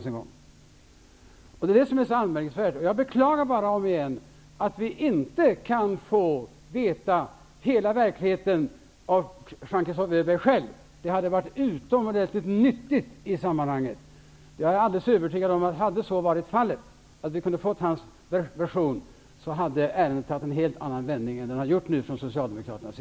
Det är detta som är så anmärkningsvärt, och jag beklagar om igen att vi inte kan få veta hela verkligheten av Jean-Christophe Öberg själv. Det hade varit utomordentligt nyttigt i sammanhanget. Jag är helt övertygad om att hade vi kunnat få hans version, hade ärendet tagit en helt annan vändning än det har gjort nu.